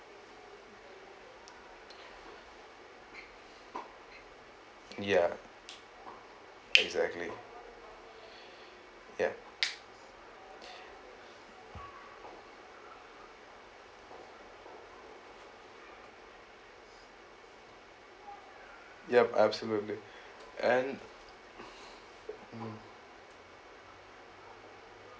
ya exactly ya yup absolutely and mm